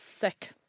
sick